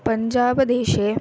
पञ्जाबदेशे